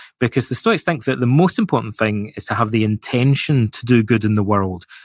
because the stoics think that the most important thing is to have the intention to do good in the world,